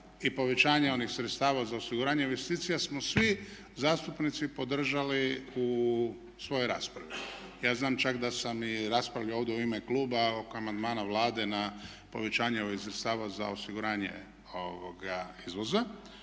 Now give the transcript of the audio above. i povećanje onih sredstava za osiguranje investicija smo svi zastupnici podržali u svojoj raspravi. Ja znam čak da sam i raspravljao ovdje u ime kluba oko amandmana Vlade na povećanje ovih sredstava za osiguranje izvoza.